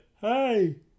hey